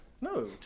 No